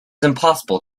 impossible